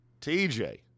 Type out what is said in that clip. TJ